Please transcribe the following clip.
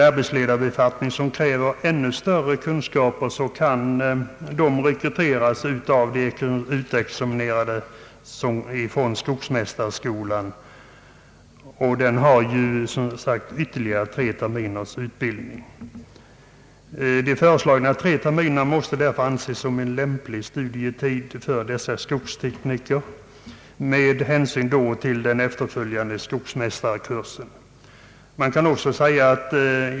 Arbetsledare i befattningar som kräver ännu större kunskaper kan rekryteras bland dem som utexamineras från skogsmästarskolan, vilken ger ytterligare tre terminers utbildning. De föreslagna tre terminerna måste därför anses som en tillräcklig studietid för skogstekniker med hänsyn till den efterföljande skogsmästarkursen.